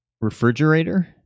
refrigerator